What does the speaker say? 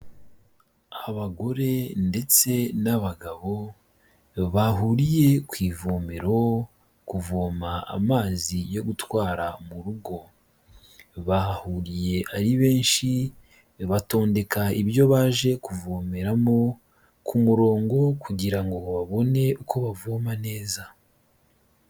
Abagore ndetse n'abagabo bahuriye ku ivomero kuvoma amazi yo gutwara mu rugo, bahahuriye ari benshi batondeka ibyo baje kuvomeramo ku murongo kugira ngo babone uko bavoma neza.